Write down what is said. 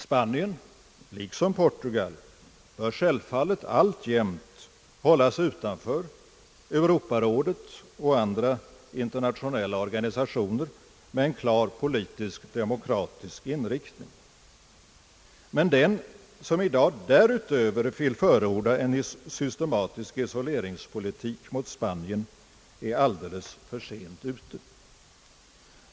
Spanien, liksom Portugal, bör självfallet hållas utanför Europarådet och andra internationella organisationer med en klar politisk demokratisk inriktning. Men den som i dag därutöver vill förorda en systematisk isoleringspolitik mot Spanien är alldeles för sent ute.